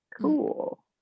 cool